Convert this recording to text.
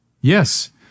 Yes